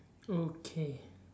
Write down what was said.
okay